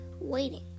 waiting